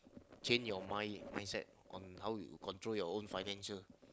change your mind mindset on how you control your own financial